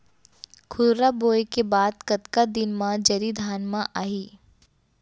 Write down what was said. खुर्रा बोए के बाद कतका दिन म जरी धान म आही?